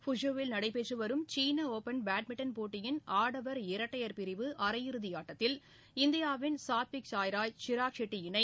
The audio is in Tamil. ஃபுசுவில் நடைபெற்றுவரும் சீனஒப்பன் பேட்மிண்டன் போட்டியின் ஆடவர் இரட்டையர் பிரிவு அரையிறுதிஆட்டத்தில் இந்தியாவின் சாத்விக் சாய்ராஜ் சிராக் ஷெட்டி இணை